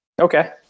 Okay